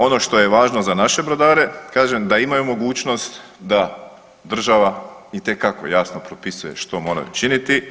Ono što je važno za naše brodare kažem da imaju mogućnost da država itekako jasno propisuje što moraju činiti.